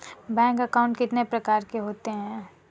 Bank account कितने प्रकार के होते हैं?